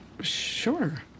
sure